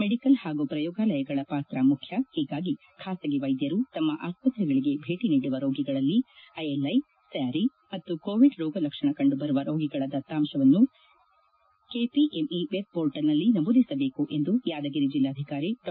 medical ಹಾಗೂ ಪ್ರಯೋಗಾಲಯಗಳ ಪಾತ್ರ ಮುಖ್ಯ ಹೀಗಾಗಿ ಖಾಸಗಿ ವೈದ್ಯರು ತಮ್ನ ಆಸ್ಪತ್ರೆಗಳಿಗೆ ಭೇಟ ನೀಡುವ ರೋಗಿಗಳಲ್ಲಿ ಐಎಲ್ಐ ಸ್ಥಾರಿ ಮತ್ತು ಕೋವಿಡ್ ರೋಗ ಲಕ್ಷಣ ಕಂಡುಬರುವ ರೋಗಿಗಳ ದತ್ತಾಂಶವನ್ನು ಕೆಪಿಎಂಇ ವೆಬ್ ಪೋರ್ಟಲ್ನಲ್ಲಿ ನಮೂದಿಸಬೇಕು ಎಂದು ಯಾದಗಿರಿ ಜಿಲ್ಲಾಧಿಕಾರಿ ಡಾ